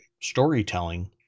storytelling